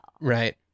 Right